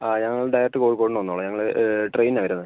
ആ ഞങ്ങള് ഡയറക്റ്റ് കോഴിക്കോടിന്ന് വന്നോളാം ഞങ്ങള് ട്രെയിനിനാണ് വരുന്നത്